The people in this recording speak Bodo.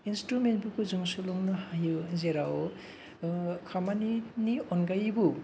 इन्सट्रुमेन्टफोरखौ जों सोलोंनो हायो जेराव खामानिनि अनगायैबो